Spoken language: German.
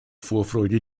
vorfreude